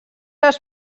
els